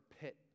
pit